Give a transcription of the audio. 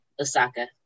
Osaka